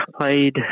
played